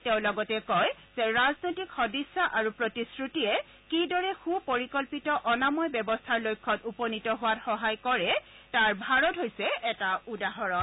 তেওঁ লগতে কয় যে ৰাজনৈতিক সদিছা আৰু প্ৰতিশ্ৰুতিয়ে কিদৰে সুপৰিকল্পিত অনাময় ব্যৱস্থাৰ লক্ষ্যত উপনীত হোৱাত সহায় কৰে তাৰ ভাৰত হৈছে এটা উদাহৰণ